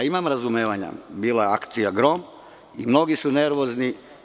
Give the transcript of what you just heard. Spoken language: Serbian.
Imam razumevanja, bila je akcija „Grom“ i mnogi su nervozni.